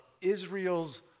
Israel's